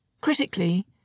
Critically